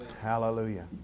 Hallelujah